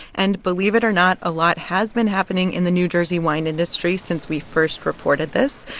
and, believe it or not, a lot has been happening in the new jersey wine industry since we first reported this.